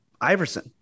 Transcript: Iverson